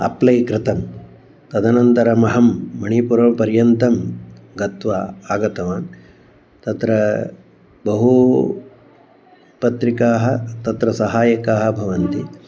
apply कृतवान् तदनन्तरमहं मणिपुरं पर्यन्तं गत्वा आगतवान् तत्र बह्व्यः पत्रिकाः तत्र सहायकाः भवन्ति